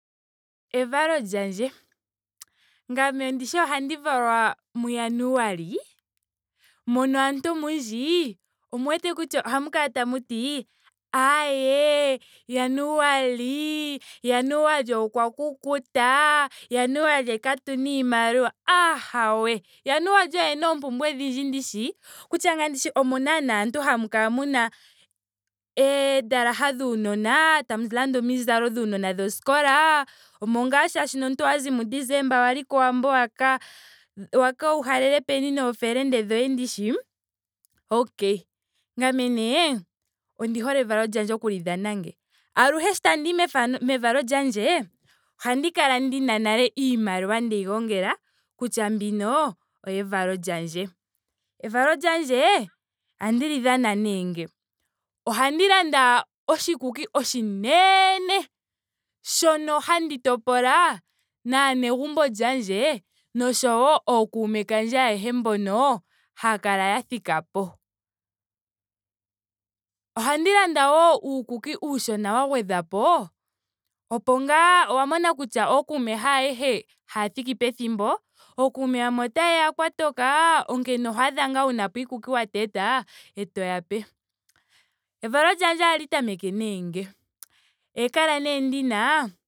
Evalo lyandje. Ngame ndishi ohandi valwa mu januali. mono aantu omundji omu wete kutya ohamu kala tamuti aaee januali januali okwa kukuta, januali katuna iimaliwa. ahawe januali oye ena oompumbwe odhindji ndishi. kutya nee ndi tye omo naana aantu hamu kala muna eendalaha dhuunona. tamu landa omizalo dhuunona dhoskola. omo ngaashi omuntu owa zi mu desemba wali kowambo waka waka uhalele peni noofelende dhoye ndishi. Okay. ngame nee ondi hole evalo lyoye okuli dhana nge. Aluhe sho tandiyi mefano mevalo lyandje ohandi kala ndina nale iimaliwa ndeyi gongela kutya mbino oyevalo lyandje. Evalo lyandje ohandi li dhana nee nge. ohandi landa oshikuki oshinene shono handi topola naanegumbo lyandje oshowo ookume kandje ayehe mbono haya kala ya thikapo. Ohandi landa wo uukuki uushona wa gwedhwa po opo ngaa. owa mona kutya okuume haayehe haya thiki pethimbo. ookuume yamwe otayeya kwa toka. onkene oho adha ngaa wunapo iikuki wa teta eto ya pe. Evalo lyandje ohali tameke nee nge. ohandi kala nee ndina